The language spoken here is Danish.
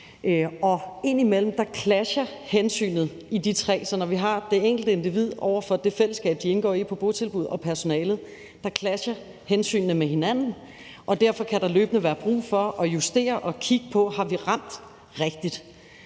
Indimellem clasher de tre hensyn, så når vi har det enkelte individ over for det fællesskab, det indgår i på botilbuddet, og personalet, clasher hensynene mod hinanden, og derfor kan der løbende være brug for at justere og kigge på, om vi rammer rigtigt.